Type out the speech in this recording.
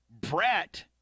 Brett